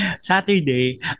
Saturday